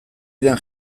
den